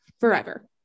forever